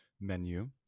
menu